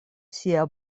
sia